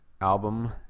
album